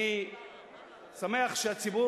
אני שמח שהציבור,